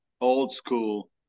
old-school